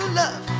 love